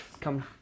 come